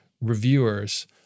reviewers